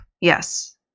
yes